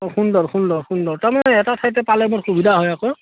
অঁ সুন্দৰ সুন্দৰ সুন্দৰ তাৰমানে এটা চাইডে পালে মোৰ সুবিধা হয় আকৌ